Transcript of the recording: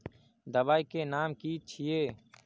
दबाई के नाम की छिए?